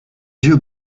yeux